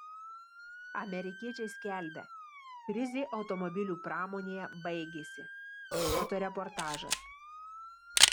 amerikiečiai skelbia krizė automobilių pramonėje baigėsi fotoreportažas